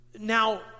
Now